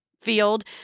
field